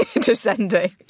descending